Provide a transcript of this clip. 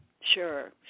Sure